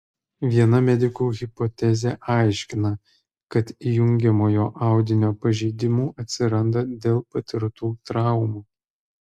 viena medikų hipotezė aiškina kad jungiamojo audinio pažeidimų atsiranda dėl patirtų traumų